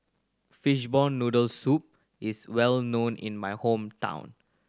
fishball noodle soup is well known in my hometown